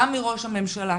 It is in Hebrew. גם מראש הממשלה,